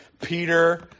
Peter